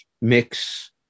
mix